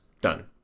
Done